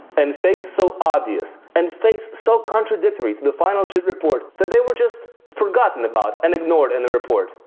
and fakes so obvious, and fakes so contradictory to the final jit report that they were just forgotten about and ignored in and the report!